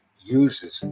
uses